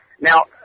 Now